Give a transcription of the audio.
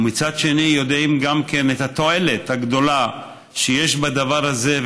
ומצד שני יודעים גם כן את התועלת הגדולה שיש בדבר הזה,